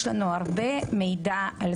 יש לנו הרבה מידע.